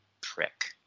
prick